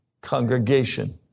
congregation